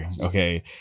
okay